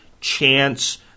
chance